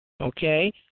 Okay